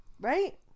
Right